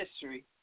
history